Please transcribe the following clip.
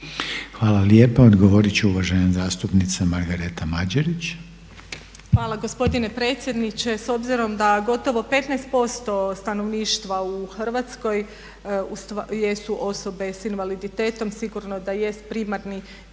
Hvala lijepa. Odgovorit će uvažena zastupnica Margareta Mađerić. **Mađerić, Margareta (HDZ)** Hvala gospodine predsjedniče. S obzirom da gotovo 15% stanovništva u Hrvatskoj jesu osobe sa invaliditetom sigurno da jest primarni